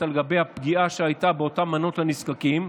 לגבי הפגיעה שהייתה באותן מנות לנזקקים.